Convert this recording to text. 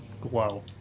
glow